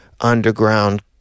underground